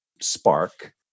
spark